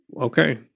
okay